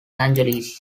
angeles